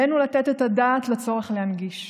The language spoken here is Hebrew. עלינו לתת את הדעת על הצורך להנגיש,